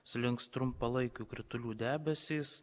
slinks trumpalaikių kritulių debesys